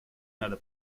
надо